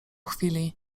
chwili